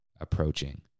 approaching